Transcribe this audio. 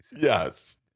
Yes